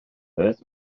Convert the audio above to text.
beth